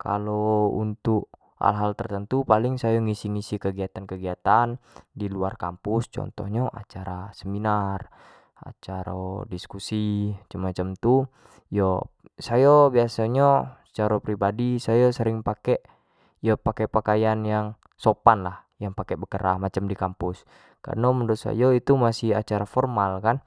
kalau untuk hal- hal tertentu, paling sayo ngisi kegiatan- kegiatan di luar kampus, contoh nyo acara seminar acaro diskusi, cam-macam tu yo sayo biaso nyo secari pribadi ayo sering pakek pakian yo yang sopan lah, yang pake bekerah samo kek di kampus, kareno menurut ayo itu masih acar formal kan,